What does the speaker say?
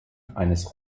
eines